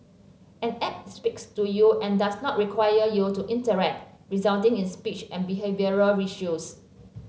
an app speaks to you and does not require you to interact resulting in speech and behavioural issues